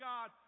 God